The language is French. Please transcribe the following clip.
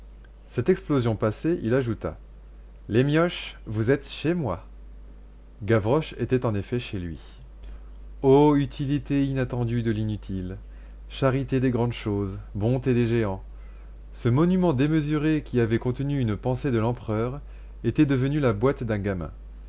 cette explosion passée il ajouta les mioches vous êtes chez moi gavroche était en effet chez lui ô utilité inattendue de l'inutile charité des grandes choses bonté des géants ce monument démesuré qui avait contenu une pensée de l'empereur était devenu la boîte d'un gamin